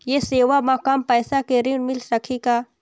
ये सेवा म कम पैसा के ऋण मिल सकही का?